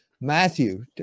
matthew